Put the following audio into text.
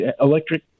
electric